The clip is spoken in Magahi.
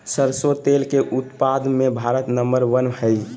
सरसों तेल के उत्पाद मे भारत नंबर वन हइ